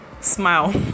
smile